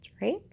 right